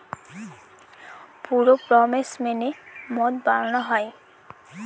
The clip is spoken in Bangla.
পুরো প্রসেস মেনে মদ বানানো হয়